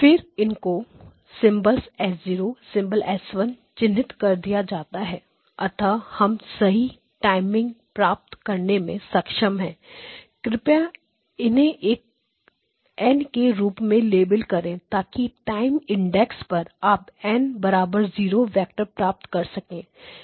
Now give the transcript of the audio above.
फिर इनको symbol s S0 symbol S1 चिन्हित कर दिया जाता है अतः हम सही टाइमिंग प्राप्त करने में सक्षम है कृपया इन्हें एन के रूप में लेबल करें ताकि टाइम इंडेक्सपर आप n0 वेक्टर प्राप्त कर सकें